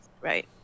right